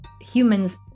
humans